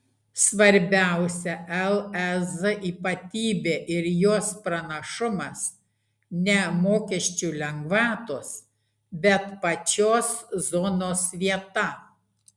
svarbiausia lez ypatybė ir jos pranašumas ne mokesčių lengvatos bet pačios zonos vieta